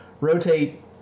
rotate